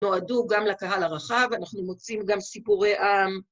נועדו גם לקהל הרחב, אנחנו מוצאים גם סיפורי עם.